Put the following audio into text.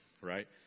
right